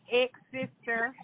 ex-sister